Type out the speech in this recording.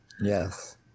Yes